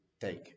take